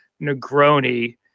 Negroni